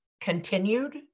continued